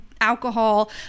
alcohol